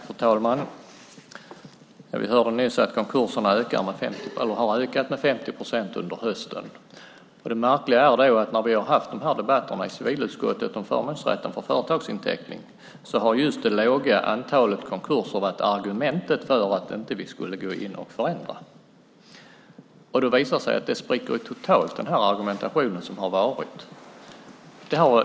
Fru talman! Vi hörde nyss att konkurserna har ökat med 50 procent under hösten. Det märkliga är att när vi i civilutskottet haft debatterna om förmånsrätten för företagsinteckning har just det låga antalet konkurser varit argumentet för att vi inte ska gå in och förändra. Nu spricker ju den argumentationen totalt.